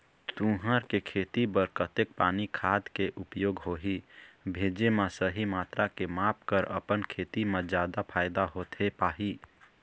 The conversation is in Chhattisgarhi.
तुंहर के खेती बर कतेक पानी खाद के उपयोग होही भेजे मा सही मात्रा के माप कर अपन खेती मा जादा फायदा होथे पाही?